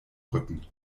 rücken